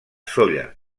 sóller